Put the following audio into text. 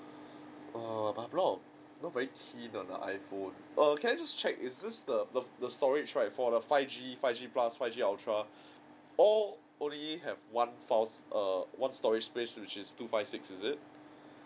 err but I'm not not very keen on the iphone err can I just check is this the the the storage right for the five G five G plus five G ultra all only have one files err one storage space which is two five six is it